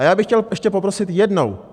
A já bych chtěl ještě poprosit jednou.